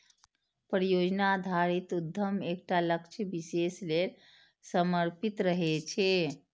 परियोजना आधारित उद्यम एकटा लक्ष्य विशेष लेल समर्पित रहै छै